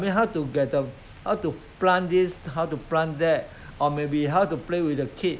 they from there they will learn how to treasure the uh how to treasure the life you see